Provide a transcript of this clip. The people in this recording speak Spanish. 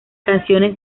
canciones